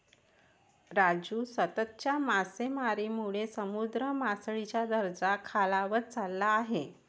राजू, सततच्या मासेमारीमुळे समुद्र मासळीचा दर्जा खालावत चालला आहे